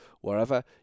wherever